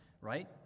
right